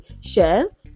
shares